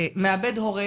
מאבד הורה